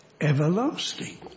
everlasting